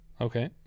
Okay